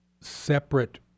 separate